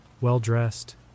well-dressed